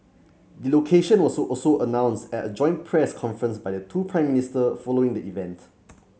the location was also announced at a joint press conference by the two Prime Minister following the event